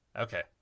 okay